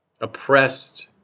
oppressed